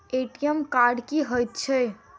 ATM card की हएत छै?